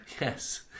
Yes